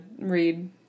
read